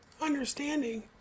understanding